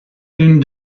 d’une